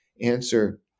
answer